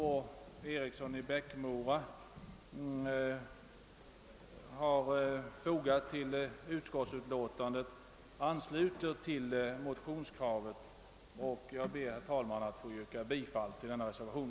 och Eriksson i Bäckmora fogat till utskottsutlåtandet ansluter till motionskravet, och jag ber att få yrka bifall till denna reservation.